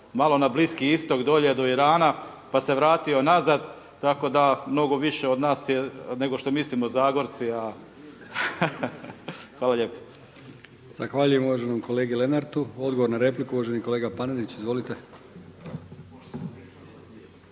malo na Bliski istok dolje do Irana, pa se vratio nazad tako da mnogo više od nas je nego što mislimo Zagorci. Hvala lijepo. **Brkić, Milijan (HDZ)** Zahvaljujem uvaženom kolegi Lenartu. Odgovor na repliku uvaženi kolega Panenić. Izvolite.